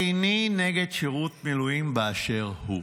איני נגד שירות מילואים באשר הוא,